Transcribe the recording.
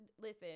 listen